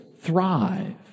thrive